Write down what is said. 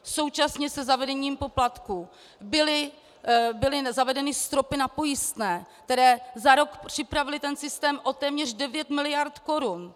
Současně se zavedením poplatků byly zavedeny stropy na pojistné, které za rok připravily systém o téměř devět miliard korun.